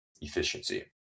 efficiency